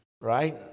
right